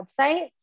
website